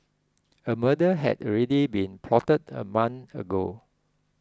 a murder had already been plotted a month ago